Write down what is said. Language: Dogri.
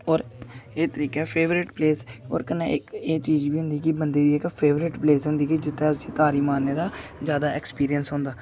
होर एह् तरीका ऐ फेवरेट प्लेस होर कन्नै इक एह् चीज बी होंदी कि इक बंदे दी जेह्का फेवरेट प्लेस होंदी जित्थें उसी तारी मारनें दा जादा एक्सपीरियंस होंदा